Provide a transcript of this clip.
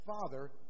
Father